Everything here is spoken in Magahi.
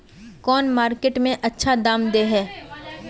कौन मार्केट में अच्छा दाम दे है?